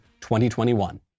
2021